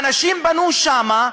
האנשים בנו שמה,